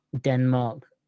Denmark